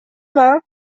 vingts